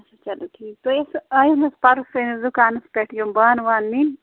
چلو ٹھیٖک تُہۍ ٲسوٕ آیہِ حظ پَرُس سٲنِس دُکانَس پٮ۪ٹھ یِم بانہٕ وانہٕ نِنہٕ